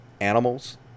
animals